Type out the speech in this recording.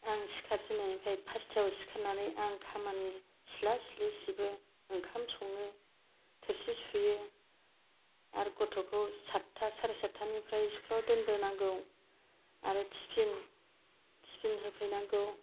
आं सिखारजेन्नायनिफ्राय फार्स्ताव सिखारनानै आं खामानि सिथ्ला सिथ्लि सिबो ओंखाम सङो थोरसि सुयो आरो गथ'खौ सात्था सारे साततानिफ्राय स्कुलाव दोनबोनांगौ आरो तिफिन तिफिन होफैनांगौ